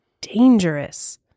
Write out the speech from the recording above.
dangerous